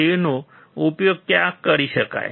તેનો ઉપયોગ ક્યાં કરી શકાય